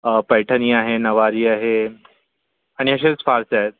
आ पैठणी आहे नव्वारी आहे आणि अशेच फारसे आहेत